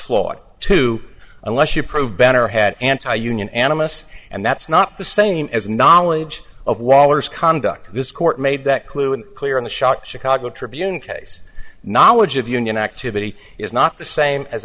flawed too unless you prove better had anti union animists and that's not the same as knowledge of wallers conduct this court made that clue and clear in the shock chicago tribune case knowledge of union activity is not the same as